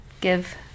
give